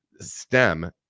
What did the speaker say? stem